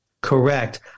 correct